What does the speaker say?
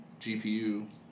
GPU